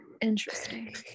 Interesting